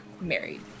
married